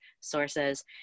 sources